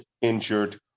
injured